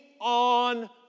on